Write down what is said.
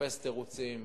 מחפש תירוצים